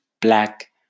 black